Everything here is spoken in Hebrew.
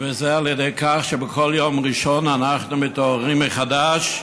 וזה שבכל יום ראשון אנחנו מתעוררים מחדש,